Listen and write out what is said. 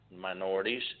minorities